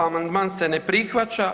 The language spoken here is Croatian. Amandman se ne prihvaća.